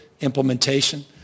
implementation